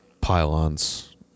pylons